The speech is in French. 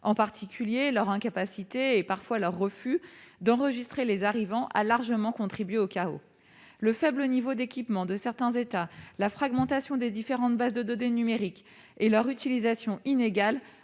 à enregistrer les arrivants ou leur refus de le faire ont largement contribué au chaos. Le faible niveau d'équipement de certains États, la fragmentation des différentes bases de données numériques et leur utilisation inégale